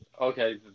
okay